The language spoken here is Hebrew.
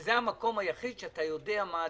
וזה המקום היחיד שאתה יודע מה הדיון.